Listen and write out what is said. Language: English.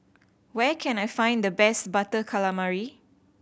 where can I find the best Butter Calamari